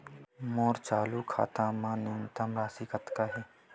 मोर चालू खाता मा न्यूनतम राशि कतना हे?